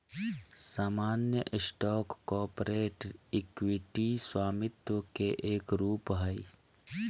सामान्य stock corporate equity स्वामित्व के एक रूप हय